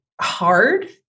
hard